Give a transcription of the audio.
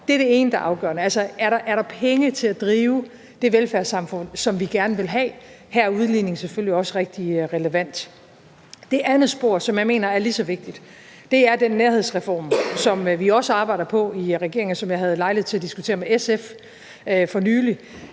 Det er det ene, der er afgørende; altså, er der penge til at drive det velfærdssamfund, som vi gerne vil have? Her er udligning selvfølgelig også rigtig relevant. Det andet spor, som jeg mener er lige så vigtigt, er den nærhedsreform, som vi også arbejder på i regeringen, og som jeg havde lejlighed til at diskutere med SF for nylig,